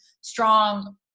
strong